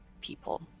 people